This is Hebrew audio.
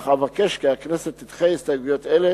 אך אבקש כי הכנסת תדחה הסתייגויות אלה